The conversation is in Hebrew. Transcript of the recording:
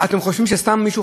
ואם אנחנו אחרי בית-המשפט,